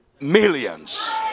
millions